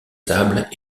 sables